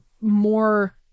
more